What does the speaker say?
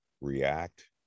react